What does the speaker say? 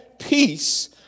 Peace